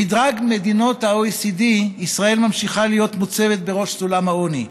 במדרג מדינות ה-OECD ישראל ממשיכה להיות מוצבת בראש סולם העוני.